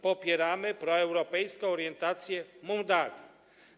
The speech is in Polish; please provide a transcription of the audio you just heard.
Popieramy proeuropejską orientację Mołdawii.